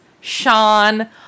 Sean